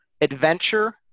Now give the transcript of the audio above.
adventure